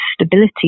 stability